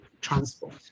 transport